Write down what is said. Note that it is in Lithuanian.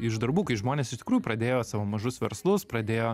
iš darbų kai žmonės iš tikrųjų pradėjo savo mažus verslus pradėjo